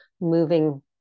moving